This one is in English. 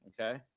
okay